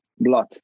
blood